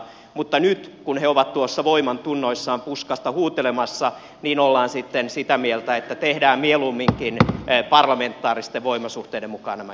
mutta nyt kun he ovat tuossa voimantunnoissaan puskasta huutelemassa niin ollaan sitten sitä mieltä että tehdään mieluumminkin parlamentaaristen voimasuhteiden mukaan nämä jaot